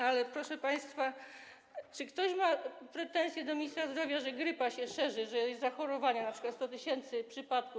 Ale, proszę państwa, czy ktoś ma pretensje do ministra zdrowia, że grypa się szerzy, że są zachorowania, np. 100 tys. przypadków?